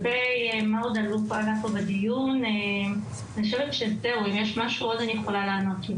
אם יש עוד שאלות אני יכולה לענות.